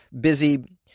busy